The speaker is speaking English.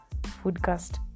foodcast